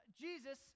Jesus